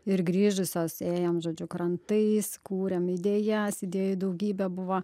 ir grįžusios ėjom žodžiu krantais kūrėm idėjas idėjų daugybė buvo